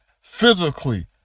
physically